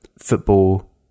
football